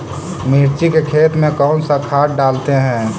मिर्ची के खेत में कौन सा खाद डालते हैं?